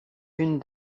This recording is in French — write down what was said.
une